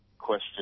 question